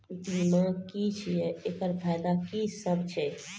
बीमा की छियै? एकरऽ फायदा की सब छै?